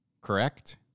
correct